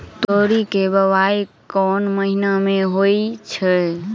तोरी केँ बोवाई केँ महीना मे होइ छैय?